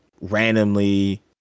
randomly